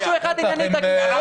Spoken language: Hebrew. משהו אחד ענייני תגיד.